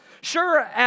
Sure